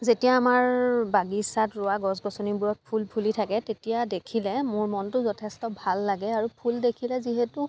যেতিয়া আমাৰ বাগিছাত ৰোৱা গছ গছনিবোৰত ফুল ফুলি থাকে তেতিয়া দেখিলে মোৰ মনটো যথেষ্ট ভাল লাগে আৰু ফুল দেখিলে যিহেতু